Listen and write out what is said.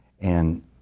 And-